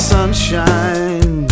Sunshine